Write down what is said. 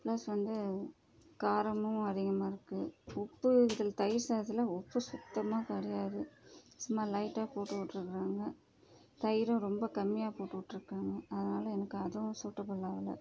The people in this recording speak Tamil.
ப்ளஸ் வந்து காரமும் அதிகமாக இருக்கு உப்பு இதில் தயிர் சாதத்தில் உப்பு சுத்தமாக கிடையாது சும்மா லைட்டாக போட்டுவிட்ருக்காங்க தயிரும் ரொம்ப கம்மியாக போட்டுவிட்ருக்காங்க அதனால் எனக்கு அதுவும் சூட்டபுள் ஆகலை